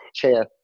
chair